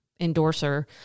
endorser